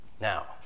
Now